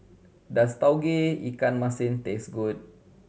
does Tauge Ikan Masin taste good